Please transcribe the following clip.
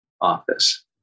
office